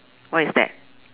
what is that